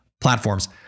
platforms